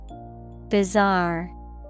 Bizarre